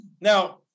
Now